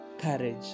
courage